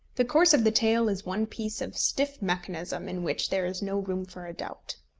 the course of the tale is one piece of stiff mechanism, in which there is no room for a doubt.